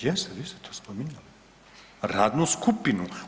Jeste, jeste to spominjali radnu skupinu.